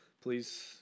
Please